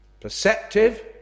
perceptive